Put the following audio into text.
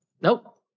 Nope